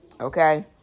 okay